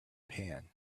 pan